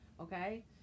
okay